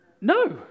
No